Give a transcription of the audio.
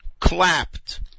clapped